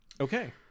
Okay